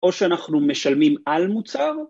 ‫או שאנחנו משלמים על מוצר.